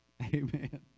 Amen